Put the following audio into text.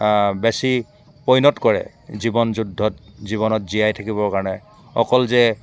বেছি পৈণত কৰে জীৱন যুদ্ধত জীৱনত জীয়াই থাকিবৰ কাণে অকল যে